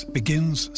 begins